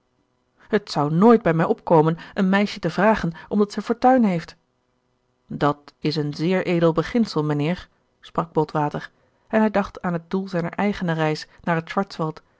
het zou nooit bij mij opkomen een meisje te vragen omdat zij fortuin heeft dat is een zeer edel beginsel mijnheer sprak botwater en hij dacht aan het doel zijner eigene reis naar het schwarzwald